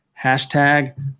Hashtag